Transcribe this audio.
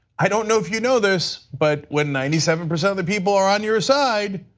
i don't know if you know this but when ninety seven percent of the people are on your side,